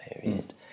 period